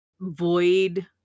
void